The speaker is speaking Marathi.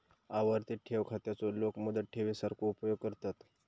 आवर्ती ठेव खात्याचो लोक मुदत ठेवी सारखो उपयोग करतत